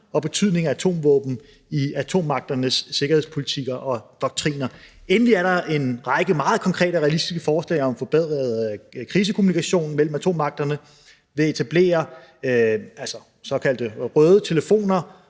og betydningen af atomvåben i atommagternes sikkerhedspolitikker og doktriner. Endelig er der en række meget konkrete realistiske forslag om forbedret krisekommunikation mellem atommagterne ved at etablere såkaldte røde telefoner